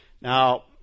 Now